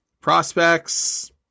prospects